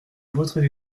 votre